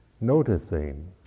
noticing